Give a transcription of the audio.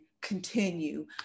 continue